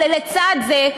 אבל לצד זה,